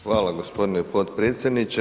Hvala gospodine podpredsjedniče.